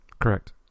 Correct